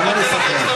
גם אני סקרן.